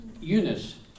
Eunice